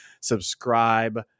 subscribe